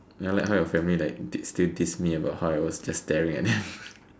I like how your family like still diss me about like how I was just staring at that